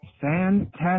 Fantastic